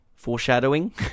Foreshadowing